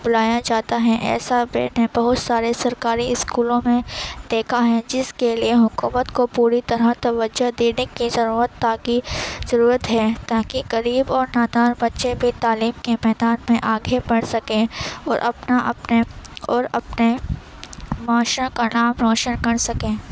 بلایا جاتا ہے ایسا میں نے بہت سارے سرکاری اسکولوں میں دیکھا ہے جس کے لیے حکومت کو پوری طرح توجہ دینے کی ضرورت تاکہ ضرورت ہے تاکہ غریب اور نادار بچے بھی تعلیم کے میدان میں آگے بڑھ سکیں اور اپںا اپنے اور اپنے معاشرہ کا نام روشن کر سکیں